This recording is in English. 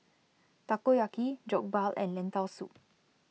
Takoyaki Jokbal and Lentil Soup